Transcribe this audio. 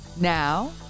Now